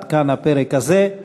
עד כאן הפרק הזה.